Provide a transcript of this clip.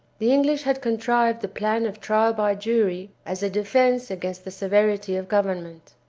the english had contrived the plan of trial by jury as a defense against the severity of government.